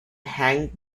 hangs